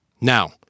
Now